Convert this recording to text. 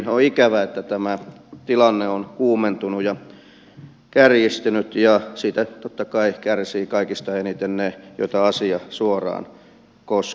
on ikävää että tämä tilanne on kuumentunut ja kärjistynyt ja siitä totta kai kärsivät kaikista eniten ne joita asia suoraan koskee